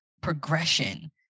progression